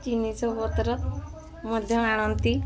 ଜିନିଷପତ୍ର ମଧ୍ୟ ଆଣନ୍ତି